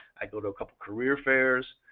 i go to a couple of career fairs,